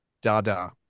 da-da